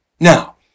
Now